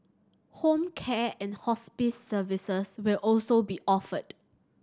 home care and hospice services will also be offered